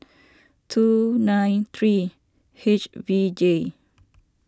two nine three H V J